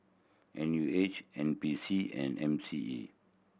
N U H N P C and M C E